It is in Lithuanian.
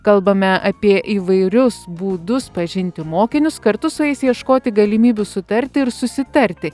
kalbame apie įvairius būdus pažinti mokinius kartu su jais ieškoti galimybių sutarti ir susitarti